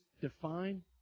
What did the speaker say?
define